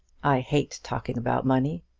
i hate talking about money.